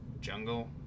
Jungle